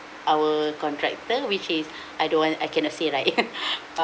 our contractor which is I don't want I cannot say right